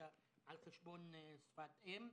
בפרקטיקה על חשבון שפת אם.